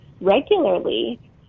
regularly